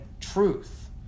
truth